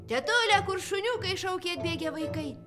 tetule kur šuniukai šaukė atbėgę vaikai